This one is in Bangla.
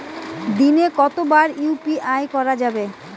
দিনে কতবার ইউ.পি.আই করা যাবে?